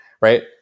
right